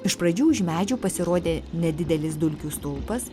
iš pradžių už medžių pasirodė nedidelis dulkių stulpas